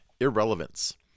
irrelevance